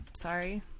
Sorry